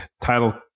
title